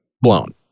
blown